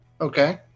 Okay